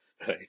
right